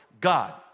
God